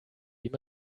dem